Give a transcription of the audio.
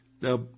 Now